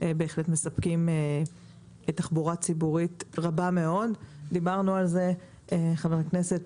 בהחלט מספקים תחבורה ציבורית רבה מאוד לאוכלוסייה החרדית.